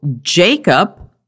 Jacob